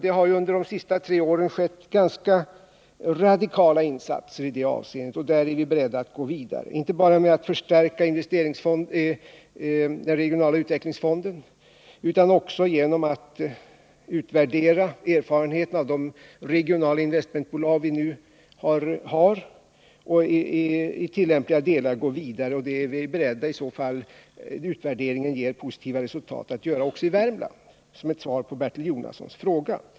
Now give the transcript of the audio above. Det har ju under de senaste tre åren skett ganska Om sysselsättradikala insatser: det avseendet, och där är vi beredda att gå vidare — inte bara ningen i Värmlands genom att förstärka den regionala utvecklingsfonden utan också genom att — län utvärdera erfarenheterna av de regionala investmentbolag vi har och i tillämpliga delar gå vidare. I den mån utvärderingen ger positiva resultat är vi beredda att göra detta också i Värmland — jag säger det som ett svar på Bertil Jonassons fråga.